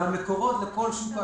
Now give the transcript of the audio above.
והמקורות לכל שוק האשראי,